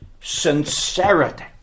sincerity